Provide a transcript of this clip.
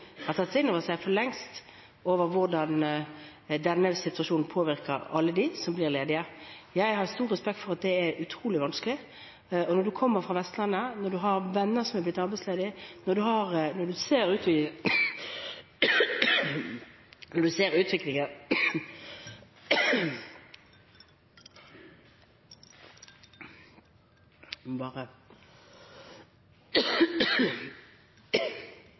inn over seg – for lengst – hvordan denne situasjonen påvirker alle dem som blir ledige. Jeg har stor respekt for at det er utrolig vanskelig. Når en kommer fra Vestlandet, når en har venner som er blitt arbeidsledige, når